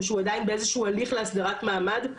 או שהוא עדיין באיזה שהוא הליך להסדרת מעמד,